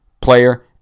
player